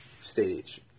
stage